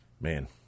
man